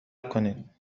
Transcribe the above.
کنید